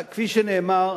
כפי שנאמר,